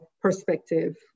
perspective